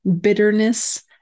bitterness